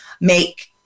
make